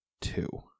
Two